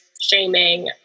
shaming